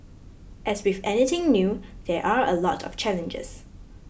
as with anything new there are a lot of challenges